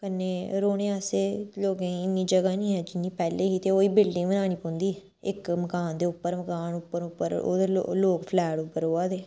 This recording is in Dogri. कन्नै रौह्ने आस्तै लोगें ई इन्नी जगह नी ऐ जिन्नी पैह्लें ही ते ओह् बी बिल्डिंग बनानी पौंदी ही इक मकान दे उप्प मकान उप्पर उप्पर ओह्दे लोक लोक फ्लैट उप्पर रोहा दे